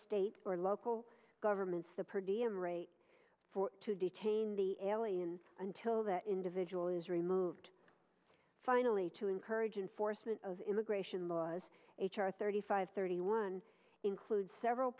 state or local governments the perdiem rate to detain the aliens until that individual is removed finally to encourage enforcement of immigration laws h r thirty five thirty one includes several